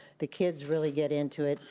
the kids really get into it.